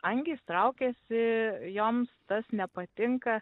angys traukiasi joms tas nepatinka